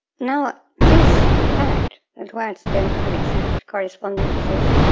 now, this fact that words don't have exact correspondences,